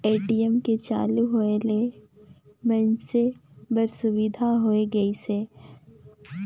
ATM के चालू होय ले मइनसे बर सुबिधा होय गइस हे